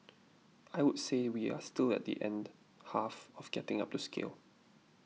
I would say we are still at the end half of getting up to scale